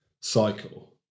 cycle